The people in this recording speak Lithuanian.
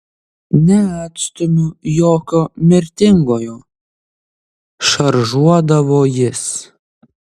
neatstumiu jokio mirtingojo šaržuodavo jis